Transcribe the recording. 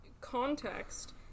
context